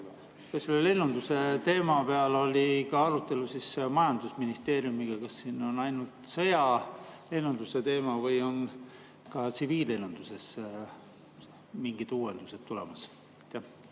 Kas selle lennunduse teema üle oli ka arutelu majandusministeeriumiga? Kas siin on ainult sõjalennunduse teema või on ka tsiviillennunduses mingid uuendused tulemas?